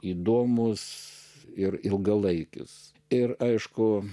įdomus ir ilgalaikis ir aišku